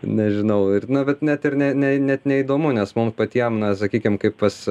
nežinau ir na bet net ir ne ne net neįdomu nes mum patiem na sakykim kaip pas